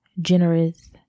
generous